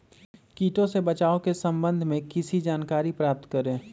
किटो से बचाव के सम्वन्ध में किसी जानकारी प्राप्त करें?